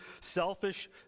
selfish